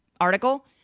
article